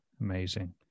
amazing